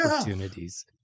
opportunities